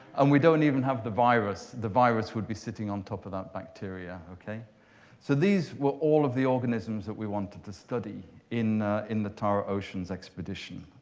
and we don't even have the virus. the virus would be sitting on top of that bacteria. so these were all of the organisms that we wanted to study in in the tara oceans expedition.